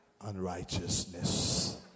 unrighteousness